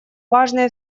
важные